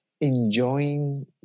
Enjoying